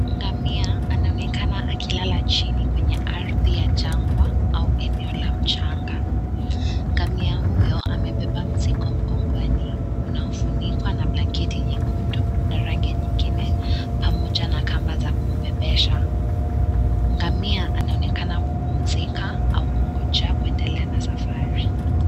Ngamia anaonekana akilala chini kwenye ardhi ya jangwa au eneo la mchanga. Ngamia huyo amebeba mzigo mgongoni unaofunikwa na blanketi nyekundu na rangi nyingine pamoja na kamba za kumbebesha. Ngamia anaonekana kupumzika au kungoja kuendelea na safari